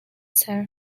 ser